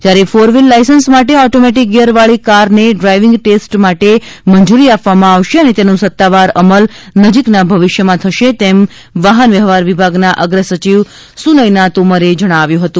જ્યારે કોર wheel licence માટે ઓટોમેટિક ગીયરવાળી કારને ડ્રાઈવિંગ ટેસ્ટ માટે મંજૂરી આપવામાં આવશે અને તેનો સત્તાવાર અમલ નજીકના ભવિષ્યમાં થશે તેમ વાહન વ્યવહાર વિભાગના અગ્રસચિવ સુનયના તોમરે જણાવ્યું હતું